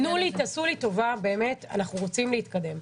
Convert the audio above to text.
תנו לי, תעשו לי טובה באמת, אנחנו רוצים להתקדם.